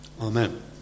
Amen